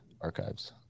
archives